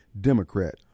Democrat